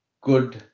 good